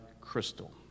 crystal